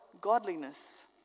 godliness